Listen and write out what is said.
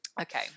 okay